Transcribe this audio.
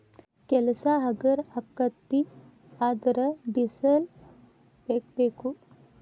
ಕೆಲಸಾ ಹಗರ ಅಕ್ಕತಿ ಆದರ ಡಿಸೆಲ್ ಬೇಕ ಬೇಕು